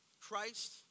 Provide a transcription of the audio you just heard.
Christ